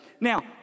Now